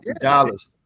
dollars